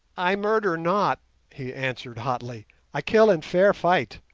i murder not he answered hotly i kill in fair fight.